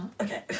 Okay